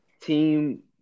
Team